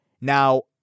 Now